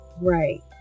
Right